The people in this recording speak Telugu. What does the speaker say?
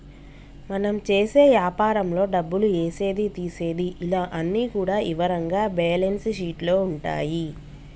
మనం చేసే యాపారంలో డబ్బులు ఏసేది తీసేది ఇలా అన్ని కూడా ఇవరంగా బ్యేలన్స్ షీట్ లో ఉంటాయి